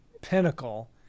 pinnacle